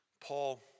Paul